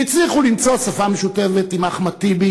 שהצליחו למצוא שפה משותפת עם אחמד טיבי